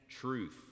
truth